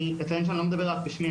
אני אציין שאני לא מדבר רק בשמי,